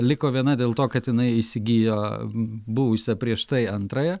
liko viena dėl to kad jinai įsigijo buvusią prieš tai antrąją